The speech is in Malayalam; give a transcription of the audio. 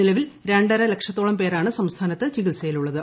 നിലവിൽ രണ്ടര ലക്ഷത്തോളം പേരാണ് സംസ്ഥാനത്ത് ചികിത്സയിലുള്ളത്